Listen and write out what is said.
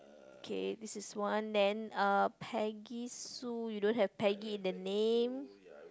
K this is one then uh Peggy Sue you don't have Peggy in the name